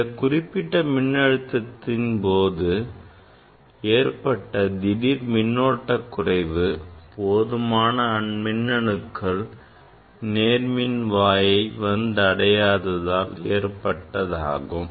இந்த குறிப்பிட்ட மின்னழுத்தத்தின் போது ஏற்பட்ட திடீர் மின்னோட்ட குறைவு போதுமான மின்னணுக்கள் நேர்மின்வாயை வந்த அடையாததால் ஏற்பட்டதாகும்